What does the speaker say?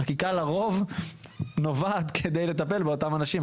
חקיקה לרוב נובעת כדי לטפל באותם אנשים,